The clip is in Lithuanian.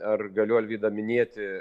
ar galiu alvyda minėti